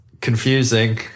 confusing